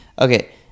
okay